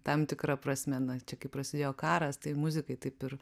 tam tikra prasme na čia kai prasidėjo karas tai muzikai taip ir